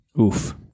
oof